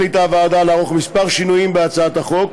החליטה הוועדה לערוך כמה שינויים בהצעת החוק,